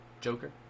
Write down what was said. Joker